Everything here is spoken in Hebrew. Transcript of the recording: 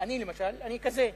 אני למשל, אני כזה,